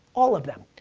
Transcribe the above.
all of them.